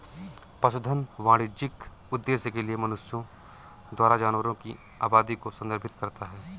पशुधन वाणिज्यिक उद्देश्य के लिए मनुष्यों द्वारा जानवरों की आबादी को संदर्भित करता है